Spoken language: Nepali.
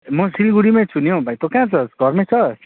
म सिलगढीमै छु नि हौ भाइ तँ कहाँ छस् घरमै छस्